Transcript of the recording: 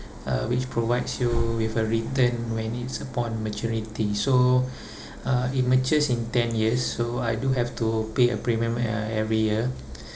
uh which provides you with a return when it's upon maturity so uh it matures in ten years so I do have to pay a premium uh every year